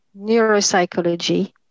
neuropsychology